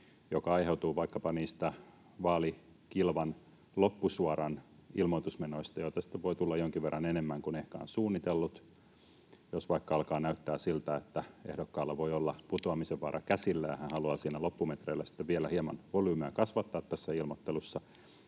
joka aiheutuu vaikkapa niistä vaalikilvan loppusuoran ilmoitusmenoista, joita sitten voi tulla jonkin verran enemmän kuin ehkä on suunnitellut — jos vaikka alkaa näyttää siltä, että ehdokkaalla voi olla putoamisen vaara käsillään, ja hän haluaa siinä loppumetreillä sitten vielä hieman volyymia kasvattaa tässä ilmoittelussa